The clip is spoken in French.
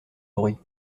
bruit